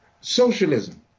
Socialism